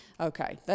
Okay